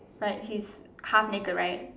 like he's half naked right